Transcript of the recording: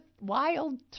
wild